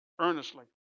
earnestly